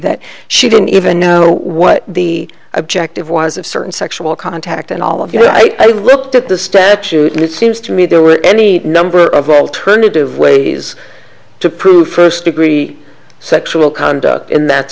that she didn't even know what the objective was of certain sexual contact and all of you know i looked at the statute and it seems to me there were any number of alternative ways to prove first degree sexual conduct in that